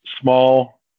small